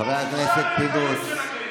חברת הכנסת יפעת שאשא ביטון, בבקשה.